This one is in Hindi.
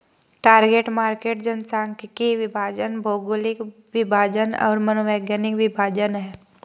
टारगेट मार्केट जनसांख्यिकीय विभाजन, भौगोलिक विभाजन और मनोवैज्ञानिक विभाजन हैं